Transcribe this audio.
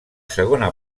segona